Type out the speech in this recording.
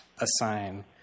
assign